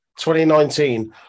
2019